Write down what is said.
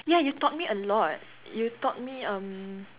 ya you taught me a lot you taught me err